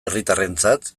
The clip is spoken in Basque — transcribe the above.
herritarrentzat